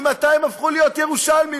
ממתי הם הפכו להיות ירושלמים?